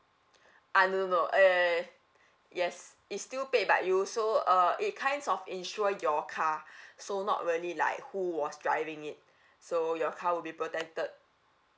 ah no no no uh yes it's still paid but you also uh it kinds of insure your car so not really like who was driving it so your car will be protected